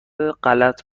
غلط